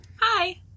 Hi